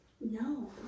No